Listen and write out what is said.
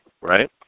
right